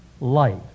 life